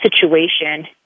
situation